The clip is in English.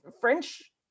French